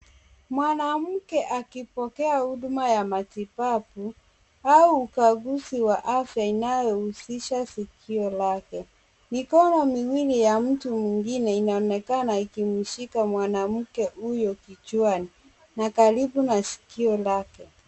Mwanamke akipokea huduma ya matibabu au ukaguzi wa afya inayohusisha sikio lake. Mikono miwili ya mtu mwingine inaonekana ikimshika mwanamke huyo kichwani na karibu na sikio lake.